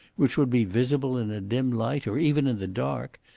which would be visible in a dim light, or even in the dark,